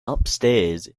upstairs